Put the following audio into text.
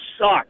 suck